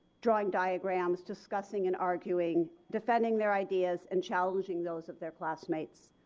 drawing diagrams, discussing and arguing, defending their ideas and challenging those of their classmates.